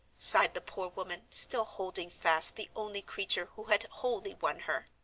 sighed the poor woman, still holding fast the only creature who had wholly won her.